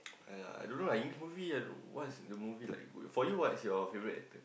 yea I don't know English movie I don't know what's the movie like good for you what's your favourite actor